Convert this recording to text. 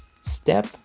step